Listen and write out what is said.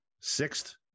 sixth